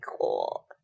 cool